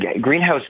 Greenhouse